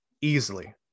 easily